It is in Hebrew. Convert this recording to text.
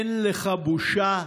אין לך בושה.